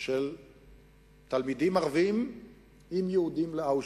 של תלמידים ערבים עם יהודים לאושוויץ.